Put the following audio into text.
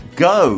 go